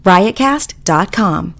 Riotcast.com